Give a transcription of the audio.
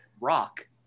rock